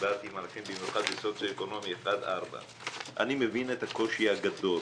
דיברתי אני מבין את הקושי הגדול